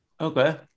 Okay